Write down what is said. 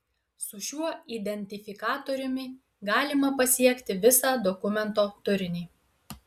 su šiuo identifikatoriumi galima pasiekti visą dokumento turinį